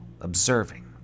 observing